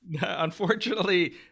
Unfortunately